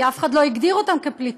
כי אף אחד לא הגדיר אותם כפליטים.